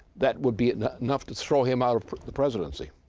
that would be enough to throw him out of the presidency.